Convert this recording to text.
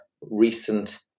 recent